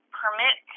permit